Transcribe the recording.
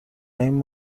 این